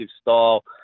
style